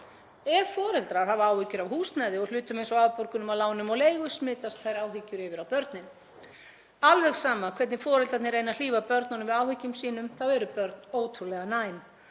Ef foreldrar hafa áhyggjur af húsnæði og hlutum eins og afborgunum af lánum og leigu smitast þær áhyggjur yfir á börnin. Alveg sama hvernig foreldrarnir reyna að hlífa börnunum við áhyggjum sínum eru börn ótrúlega næm